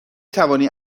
توانی